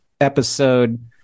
episode